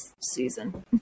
season